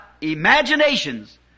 Imaginations